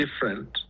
different